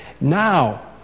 Now